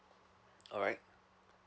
alright